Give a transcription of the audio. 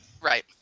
Right